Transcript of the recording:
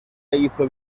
hizo